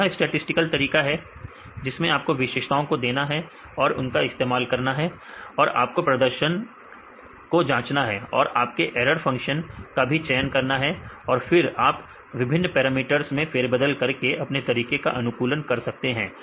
तो यह स्टैटिसटिकल तरीका है जिसमें आपको विशेषताओं को देना है और उनका इस्तेमाल करना है और आपको प्रदर्शन को जांचना है और आपको ऐरर फंक्शन का भी चयन करना है और फिर आप विभिन्न पैरामीटर्स में फेरबदल करके अपने तरीके का अनुकूलन कर सकते हैं